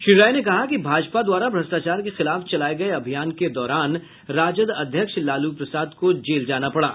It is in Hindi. श्री राय ने कहा कि भाजपा द्वारा भ्रष्टाचार के खिलाफ चलाये गये अभियान के दौरान राजद अध्यक्ष लालू प्रसाद को जेल जाना पड़ा